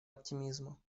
оптимизма